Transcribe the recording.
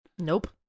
Nope